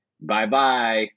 Bye-bye